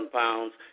pounds